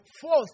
fourth